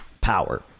power